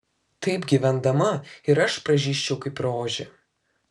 taip gyvendama ir aš pražysčiau kaip rožė